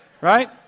Right